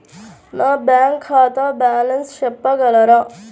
నా బ్యాంక్ ఖాతా బ్యాలెన్స్ చెప్పగలరా?